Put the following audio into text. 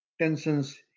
tensions